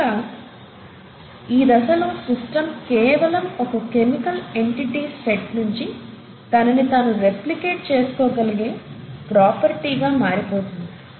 బహుశా ఈ దశలో సిస్టం కేవలం ఒక కెమికల్ ఎన్టిటీస్ సెట్ నుంచి తనని తాను రెప్లికేట్ చేసుకోగలిగే ప్రాపర్టీ గా మారిపోతుంది